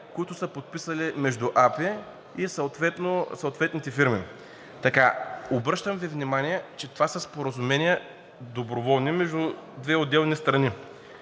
които са подписани между АПИ и съответните фирми. Обръщам Ви внимание, че това са доброволни споразумения между две отделни страни.